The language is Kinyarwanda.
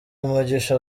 umugisha